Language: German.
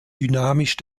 dynamisch